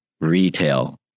retail